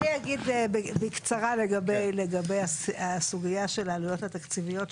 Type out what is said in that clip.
אני אגיד בקצרה לגבי הסוגייה של העלויות התקציביות,